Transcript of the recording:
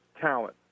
talent